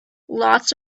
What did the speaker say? lots